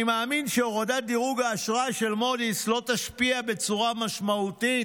"אני מאמין שהורדת דירוג האשראי של מודי'ס לא תשפיע בצורה משמעותית